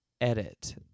edit